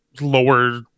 lower